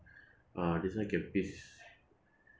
uh this one can piss